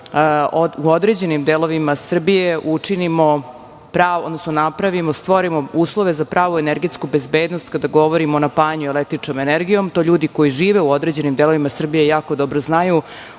u određenim delovima Srbije učinimo, odnosno napravimo, stvorimo uslove za pravu energetsku bezbednost kada govorimo o napajanju električnom energijom. To ljudi koji žive u određenim delovima Srbije jako dobro znaju,